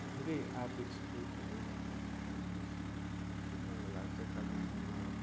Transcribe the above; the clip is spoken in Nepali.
अब धेरै आर्थिक स्रोत हुने चिज चाहिँ मलाई लाग्छ कालिम्पोङमा